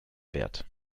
wert